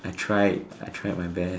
I tried I tried my best